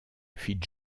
fit